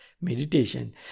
meditation